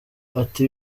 ati